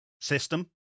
system